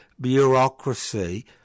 bureaucracy